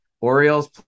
orioles